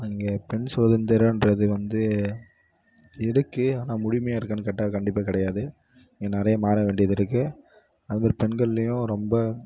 அங்கே பெண் சுதந்திரன்றது வந்து இருக்குது ஆனால் முழுமையாக இருக்கான்னு கேட்டால் கண்டிப்பாக கிடையாது இங்கே நிறைய மாற வேண்டியது இருக்கு அதுமாதிரி பெண்கள்லையும் ரொம்ப